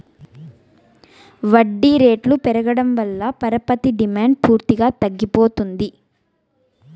వడ్డీ రేట్లు పెరగడం వల్ల పరపతి రుణాల డిమాండ్ పూర్తిగా తగ్గిపోతుంది